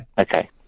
Okay